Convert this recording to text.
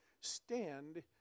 stand